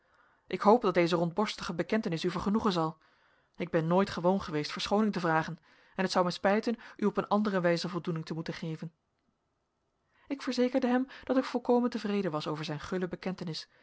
ik hoop dat deze rondborstige bekentenis u vergenoegen zal ik ben nooit gewoon geweest verschooning te vragen en het zou mij spijten u op een andere wijze voldoening te moeten geven ik verzekerde hem dat ik volkomen tevreden was over zijn gulle bekentenis